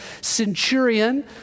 centurion